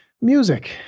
music